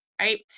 right